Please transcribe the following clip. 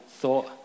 thought